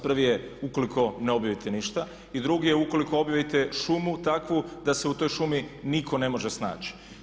Prvi je ukoliko ne objavite ništa i drugi je ukoliko objavite šumu takvu da se u toj šumi nitko ne može snaći.